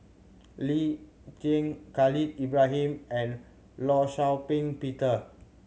Lee Tjin Khalil Ibrahim and Law Shau Ping Peter